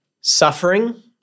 Suffering